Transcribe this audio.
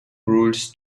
rules